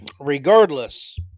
regardless